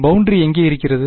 boundary எங்கே இருக்கிறது